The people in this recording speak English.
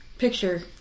picture